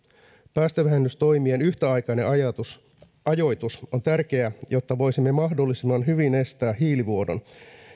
päästövähennystoimien yhtäaikainen ajoitus on tärkeää jotta voisimme mahdollisimman hyvin estää hiilivuodon